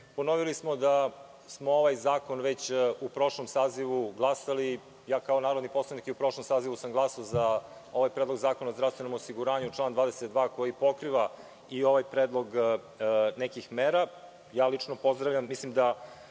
Ustav. Ponovili smo da smo ovaj zakon već u prošlom sazivu glasali. Kao narodni poslanik i u prošlom sazivu sam glasao za ovaj predlog zakona o zdravstvenom osiguranju član 22. koji pokriva i ovaj predlog nekih mera. Lično pozdravljam, mislim, da